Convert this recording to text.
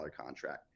contract